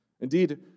Indeed